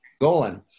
Golan